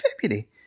February